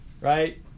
Right